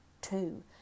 two